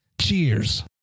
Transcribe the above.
Cheers